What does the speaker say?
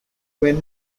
went